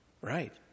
Right